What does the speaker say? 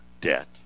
debt